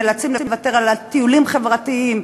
ונאלצים לוותר על טיולים חברתיים,